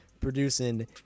producing